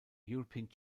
european